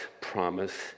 promise